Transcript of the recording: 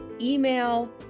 email